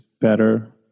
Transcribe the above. better